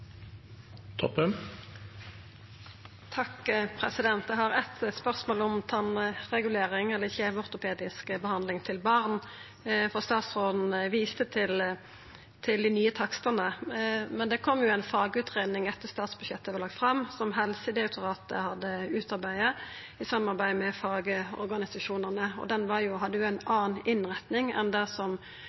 har eit spørsmål om tannregulering eller kjeveortopedisk behandling til barn. Statsråden viste til dei nye takstane. Men det kom ei fagutgreiing etter at statsbudsjettet vart lagt fram, som Helsedirektoratet hadde utarbeidd i samarbeid med fagorganisasjonane, og ho hadde ei anna innretning enn det